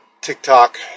TikTok